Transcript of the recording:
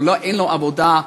אין לו עבודה,